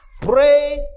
Pray